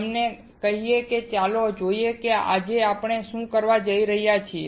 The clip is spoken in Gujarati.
એમ કહીને ચાલો જોઈએ કે આજે આપણે શું કરવા જઈ રહ્યા છીએ